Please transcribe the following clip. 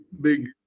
big